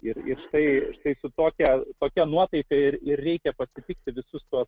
ir ir štai štai su tokia tokia nuotaika ir ir reikia pasitikti visus tuos